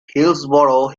hillsborough